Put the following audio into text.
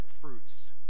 fruits